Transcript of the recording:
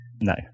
no